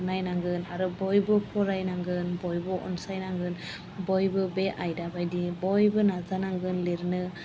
नायनांगोन आरो बयबो फरायनांगोन बयबो अनसायनांगोन बयबो बे आयदा बायदियै बयबो नाजानांगोन लिरनो